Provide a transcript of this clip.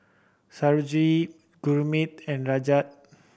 Sarojini Gurmeet and Rajat